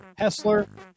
Hessler